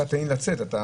לא קיבלנו על זה תשובה.